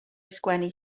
sgwennu